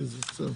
בסדר.